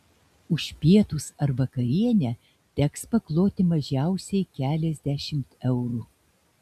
už pietus ar vakarienę teks pakloti mažiausiai keliasdešimt eurų